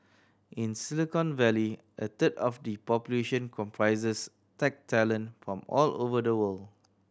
in Silicon Valley a third of the population comprises tech talent from all over the world